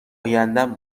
ایندم